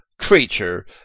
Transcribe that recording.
creature